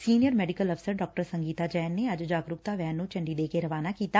senior medical officer ਡਾ ਸੰਗੀਤਾ ਜੈਨ ਨੇ ਅੱਜ ਜਾਗਰੂਕਤਾ ਵੈਨ ਨੂੰ ਝੰਡੀ ਦੇ ਕੇ ਰਵਾਨਾ ਕੀਤਾ